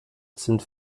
sind